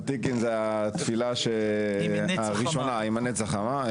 ותיקין זה התפילה הראשונה, עם הנץ החמה.